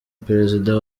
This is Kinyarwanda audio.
perezida